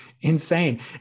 insane